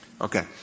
Okay